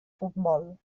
futbol